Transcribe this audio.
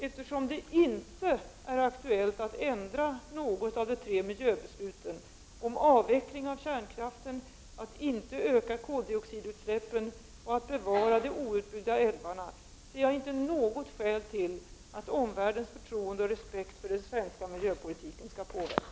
Eftersom det inte är aktuellt att ändra något av de tre miljöbesluten om avveckling av kärnkraften, att inte öka koldioxidutsläppen och att bevara de outbyggda älvarna ser jag inte något skäl till att omvärldens förtroende och respekt för den svenska miljöpolitiken skall påverkas.